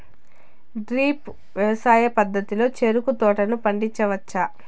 drip వ్యవసాయ పద్ధతిలో చెరుకు తోటలను పండించవచ్చా